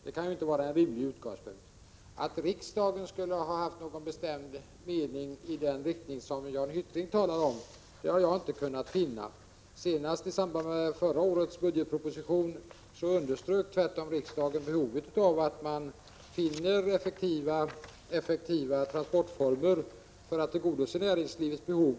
Det kan inte vara en rimlig utgångspunkt. Att riksdagen skulle ha haft någon bestämd mening i den riktning som Jan Hyttring angav har jag inte kunnat finna. Senast i samband med behandling en av föregående års budgetproposition underströk riksdagen tvärtom behovet av att man finner effektiva transportformer för att tillgodose näringslivets behov.